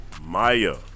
Maya